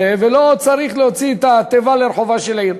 ולא צריך להוציא את התיבה לרחובה של עיר.